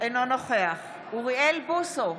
אינו נוכח אוריאל בוסו,